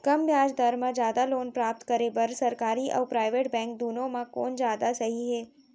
कम ब्याज दर मा जादा लोन प्राप्त करे बर, सरकारी अऊ प्राइवेट बैंक दुनो मा कोन जादा सही हे?